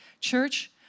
Church